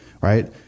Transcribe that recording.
right